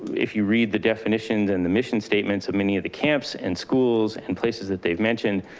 if you read the definition then the mission statements of many of the camps and schools and places that they've mentioned,